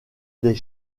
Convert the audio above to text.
des